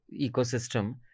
ecosystem